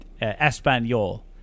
Espanol